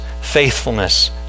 faithfulness